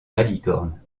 malicorne